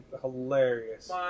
hilarious